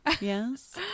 Yes